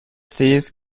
sees